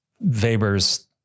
Weber's